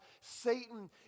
Satan